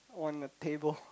on the table